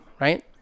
right